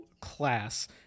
class